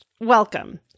welcome